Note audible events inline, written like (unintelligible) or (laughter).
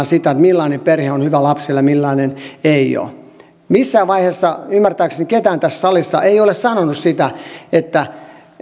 (unintelligible) sitä millainen perhe on hyvä lapselle ja millainen ei ole missään vaiheessa ymmärtääkseni kukaan tässä salissa ei ole sanonut sitä että